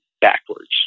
backwards